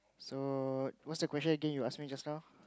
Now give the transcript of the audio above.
so what's the question again you ask me just now